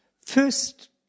First